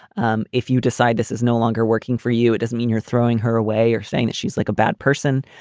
um if you decide this is no longer working for you, it doesn't mean you're throwing her away or saying that she's like a bad person.